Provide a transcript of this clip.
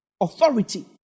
Authority